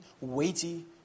weighty